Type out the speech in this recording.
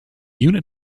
unit